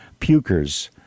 pukers